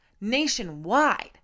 nationwide